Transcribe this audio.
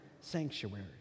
sanctuary